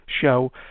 show